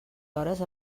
hores